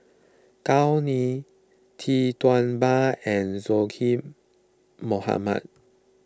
Gao Ning Tee Tua Ba and Zaqy Mohamad